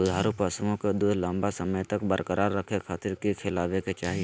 दुधारू पशुओं के दूध लंबा समय तक बरकरार रखे खातिर की खिलावे के चाही?